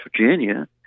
Virginia